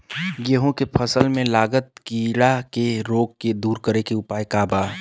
गेहूँ के फसल में लागल कीड़ा के रोग के दूर करे के उपाय का बा?